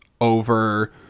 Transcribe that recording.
over